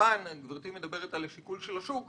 גברתי מדברת על השיקול של השוק,